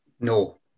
No